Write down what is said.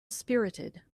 spirited